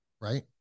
right